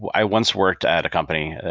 i once worked at a company,